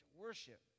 worship